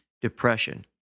depression